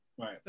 right